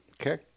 Okay